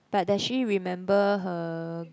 but does she remember her